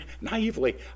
naively